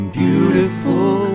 beautiful